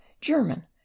German